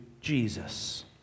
Jesus